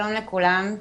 שלום לכולם.